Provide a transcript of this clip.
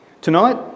Tonight